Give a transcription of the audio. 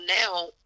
now